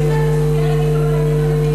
אם אתה סוגר אתי גם על העניינים המדיניים,